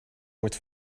wordt